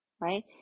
right